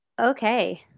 Okay